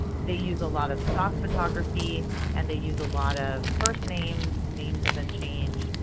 they use a lot of stock photography and they use a lot of first names, names have been changed,